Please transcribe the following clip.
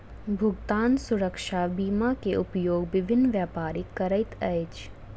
भुगतान सुरक्षा बीमा के उपयोग विभिन्न व्यापारी करैत अछि